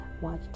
Watch